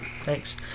Thanks